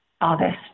August